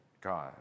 God